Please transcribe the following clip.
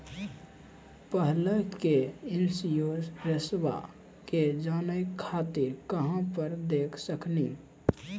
पहले के इंश्योरेंसबा के जाने खातिर कहां पर देख सकनी?